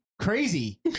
crazy